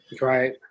right